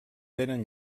tenen